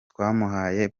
twamuhaye